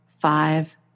five